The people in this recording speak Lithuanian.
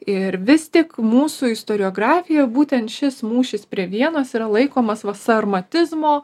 ir vis tik mūsų istoriografijoj būtent šis mūšis prie vienos yra laikomas va sarmatizmo